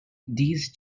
these